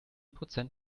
prozent